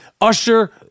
Usher